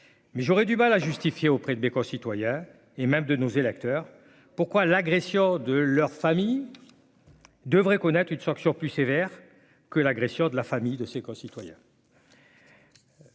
mais j'aurais du mal à justifier auprès de mes concitoyens et même de nos électeurs pourquoi l'agression de leur famille, devrait connaître une sanction plus sévère que l'agression de la famille, de ses concitoyens.